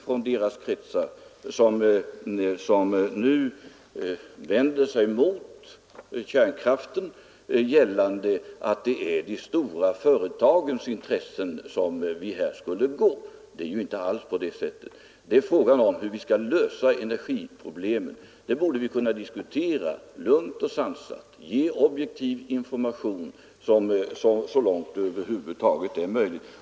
Från de kretsar som nu vänder sig mot kärnkraften görs det nämligen gällande att det är de stora företagens intressen som vi Nr 51 här skulle tillvarata. Det är ju inte alls på det sättet. Det är fråga om hur Torsdagen den vi skall lösa energiproblemen. Vi borde kunna diskutera detta lugnt och 28 mars 1974 sansat, ge objektiv information så långt det över huvud taget är möjligt.